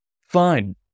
Fine